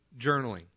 journaling